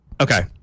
Okay